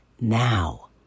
now